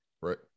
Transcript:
right